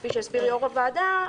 כפי שהסביר יו"ר הוועדה,